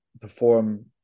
perform